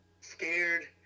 scared